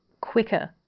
quicker